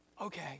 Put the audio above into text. Okay